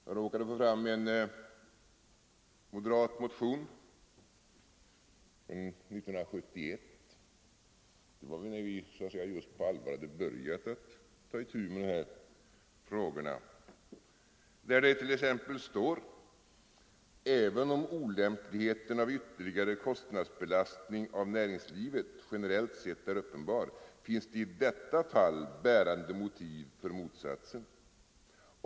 Jag råkade titta i en moderat motion från 1971, då vi just hade börjat ta itu med dessa frågor på allvar. Det heter i motionen bl.a.: ”Även om olämpligheten av ytterligare kostnadsbelastning av näringslivet generellt sett är uppenbar, finns i detta fallet bärande motiv för motsatsen.